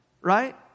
right